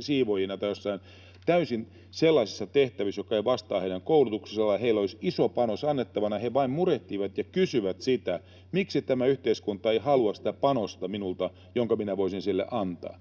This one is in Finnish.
siivoojina tai joissain täysin sellaisissa tehtävissä, jotka eivät vastaa heidän koulutustaan. Heillä olisi iso panos annettavana, mutta he vain murehtivat ja kysyvät sitä, että miksi tämä yhteiskunta ei halua sitä panosta minulta, jonka minä voisin sille antaa.